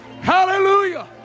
hallelujah